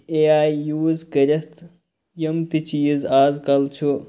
A I use کٔرِتھ یِم تہِ چیٖز آزکَل چھُ